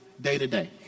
day-to-day